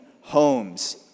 homes